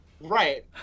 Right